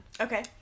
Okay